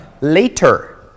later